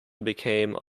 became